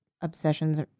obsessions